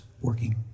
working